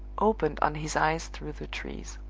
opened on his eyes through the trees.